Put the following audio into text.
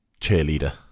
cheerleader